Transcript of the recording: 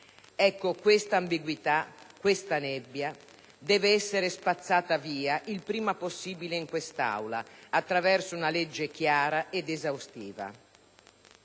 Ecco, questa ambiguità, questa nebbia deve essere spazzata via il prima possibile in quest'Aula attraverso una legge chiara ed esaustiva.